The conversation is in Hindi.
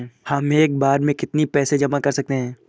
हम एक बार में कितनी पैसे जमा कर सकते हैं?